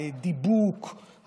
דיבוק,